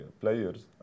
players